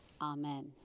Amen